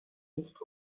nicht